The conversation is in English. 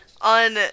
On